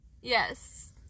Yes